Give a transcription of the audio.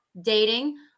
dating